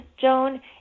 Joan